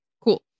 Cool